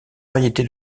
variété